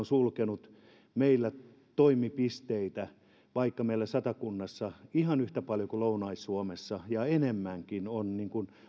sulkeneet meillä toimipisteitä vaikka meillä satakunnassa ihan yhtä paljon kuin lounais suomessa ja enemmänkin on